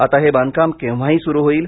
आता हे बांधकाम केव्हाही सुरू होईल